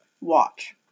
Watch